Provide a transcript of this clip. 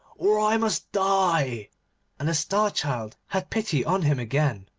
or i must die and the star-child had pity on him again,